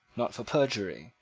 not for perjury,